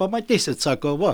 pamatysit sako va